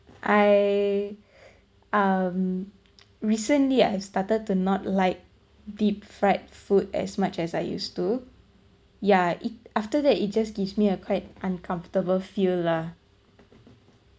I um recently I have started to not like deep fried food as much as I used to ya it after that it just gives me a quite uncomfortable feel lah